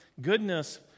goodness